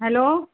hello